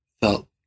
felt